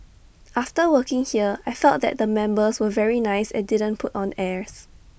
after working here I felt that the members were very nice and didn't put on airs